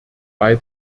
bei